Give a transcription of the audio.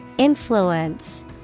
Influence